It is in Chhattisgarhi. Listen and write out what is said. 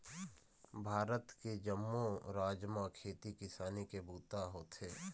भारत के जम्मो राज म खेती किसानी के बूता होथे